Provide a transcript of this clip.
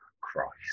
Christ